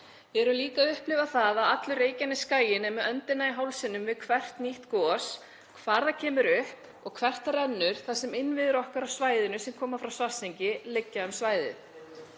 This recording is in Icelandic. Við erum líka að upplifa það að allur Reykjanesskaginn er með öndina í hálsinum við hvert nýtt gos; hvar það kemur upp og hvar það rennur þar sem innviðir okkar á svæðinu, sem koma frá Svartsengi, liggja um svæðið.